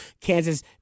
Kansas